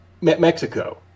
Mexico